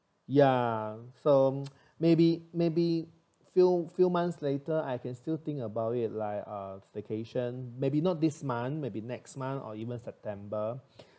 ya so maybe maybe few few months later I can still think about it like a vacation maybe not this month maybe next month or even september